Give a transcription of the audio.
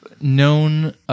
known